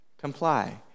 comply